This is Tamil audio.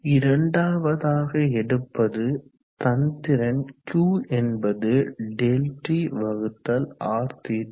இரண்டாவதாக எடுப்பது தன்திறன் q என்பது Δt வகுத்தல் rθ